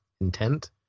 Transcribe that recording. intent